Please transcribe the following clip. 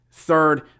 third